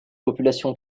population